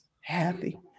happy